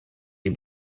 die